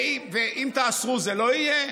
ואם תאסרו זה לא יהיה?